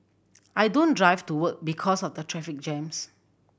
I don't drive to work because of the traffic jams